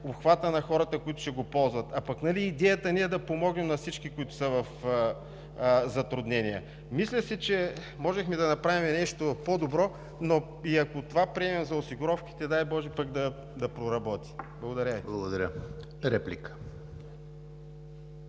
обхвата на хората, които ще го ползват. Нали идеята ни е да помогнем на всички, които са в затруднение. Мисля си, че можехме да направим нещо по-добро, но и ако това приемем за осигуровките, дай боже, пък да проработи. Благодаря.